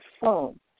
phone